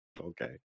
okay